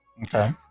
Okay